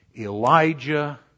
Elijah